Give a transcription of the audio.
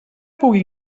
pugui